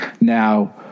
Now